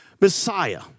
Messiah